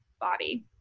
body